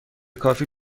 کافی